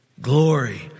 Glory